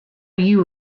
you